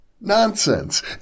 Nonsense